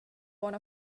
one